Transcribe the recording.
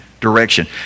direction